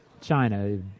China